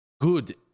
good